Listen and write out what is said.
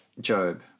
Job